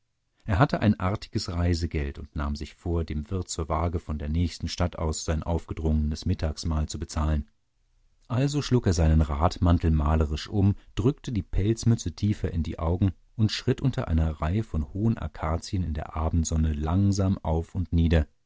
er hatte ein artiges reisegeld und nahm sich vor dem wirt zur waage von der nächsten stadt aus sein aufgedrungenes mittagsmahl zu bezahlen also schlug er seinen radmantel malerisch um drückte die pelzmütze tiefer in die augen und schritt unter einer reihe von hohen akazien in der abendsonne langsam auf und nieder